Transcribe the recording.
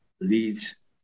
leads